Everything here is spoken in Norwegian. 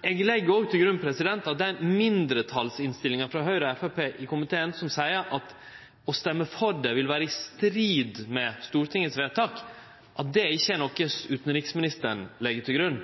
Eg legg merke til at den mindretalsmerknaden frå Høgre og Framstegspartiet i innstillinga som seier at å stemme for det ville vore i strid med Stortingets vedtak, ikkje er noko utanriksministeren legg til grunn.